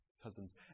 husbands